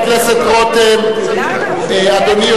אדוני,